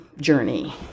journey